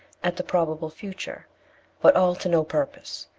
at the probable future but all to no purpose.